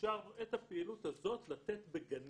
אפשרנו לתת את הפעילות הזאת בגנים